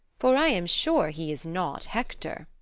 for i am sure he is not hector.